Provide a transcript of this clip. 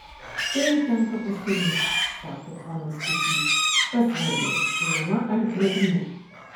čia jau tenka pasirinkti sako ponas kudzys kas svarbiau šiluma ar drėgmė